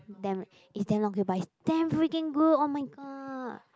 damn it's damn long queue but it's damn freaking good oh-my-god